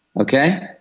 Okay